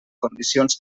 condicions